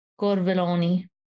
Corveloni